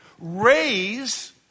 raise